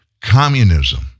communism